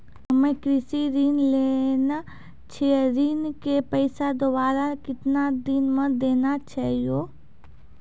हम्मे कृषि ऋण लेने छी ऋण के पैसा दोबारा कितना दिन मे देना छै यो?